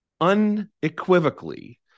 Unequivocally